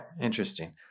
interesting